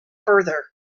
further